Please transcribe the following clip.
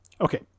Okay